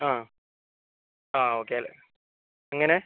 അ ആ ഓക്കെ അല്ലേ എങ്ങനെ